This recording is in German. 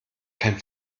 kein